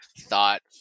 thought